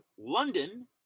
London